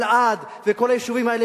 אלעד וכל היישובים האלה,